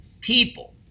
people